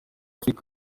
afurika